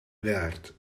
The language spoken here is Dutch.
werkt